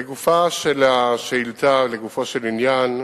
לגופה של ההצעה, לגופו של עניין,